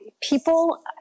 people